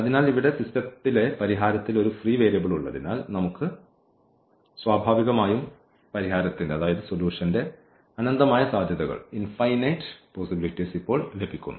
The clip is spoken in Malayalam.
അതിനാൽ ഇവിടെ സിസ്റ്റത്തിലെ പരിഹാരത്തിൽ ഒരു ഫ്രീ വേരിയബിൾ ഉള്ളതിനാൽ നമുക്ക് സ്വാഭാവികമായും പരിഹാരത്തിന്റെ അനന്തമായ സാധ്യതകൾ ഇപ്പോൾ ലഭിക്കുന്നു